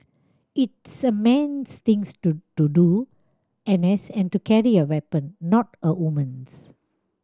it's a man's thing to to do N S and to carry a weapon not a woman's